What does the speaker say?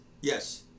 Yes